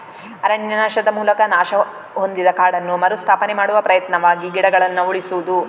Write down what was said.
ಅರಣ್ಯನಾಶದ ಮೂಲಕ ನಾಶ ಹೊಂದಿದ ಕಾಡನ್ನು ಮರು ಸ್ಥಾಪನೆ ಮಾಡುವ ಪ್ರಯತ್ನವಾಗಿ ಗಿಡಗಳನ್ನ ಉಳಿಸುದು